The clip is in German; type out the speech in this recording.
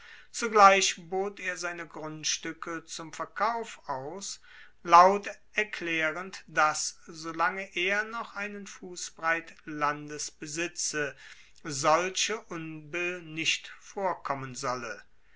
zugleich bot er seine grundstuecke zum verkauf aus laut erklaerend dass solange er noch einen fussbreit landes besitze solche unbill nicht vorkommen solle